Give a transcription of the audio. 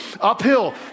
uphill